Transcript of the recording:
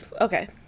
okay